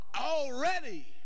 already